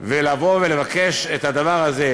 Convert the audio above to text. לבוא ולבקש את הדבר הזה,